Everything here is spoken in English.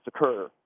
occur